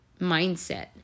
mindset